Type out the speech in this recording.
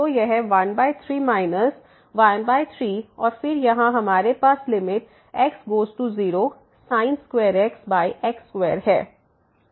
तो यह 13 माइनस 13 और फिर यहाँ हमारे पास लिमिट xगोज़ टू 0 sin2x x2है